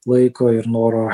laiko ir noro